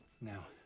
Now